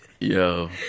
Yo